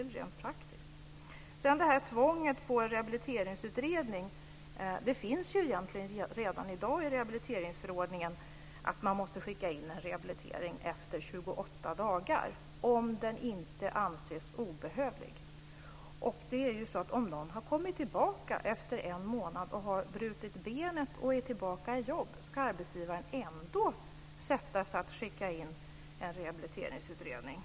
När det sedan gäller tvånget på en rehabiliteringsutredning står det ju egentligen redan i dag i rehabiliteringsförordningen att man måste skicka in en rehabiliteringsutredning efter 28 dagar, om den inte anses obehövlig. Om någon har brutit benet och har kommit tillbaka till jobbet efter en månad, ska arbetsgivaren ändå sättas att skicka in en rehabliteringsutredning?